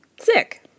sick